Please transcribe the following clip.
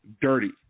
dirty